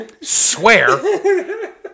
swear